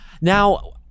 Now